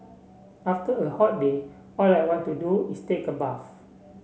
after a hot day all I want to do is take a bath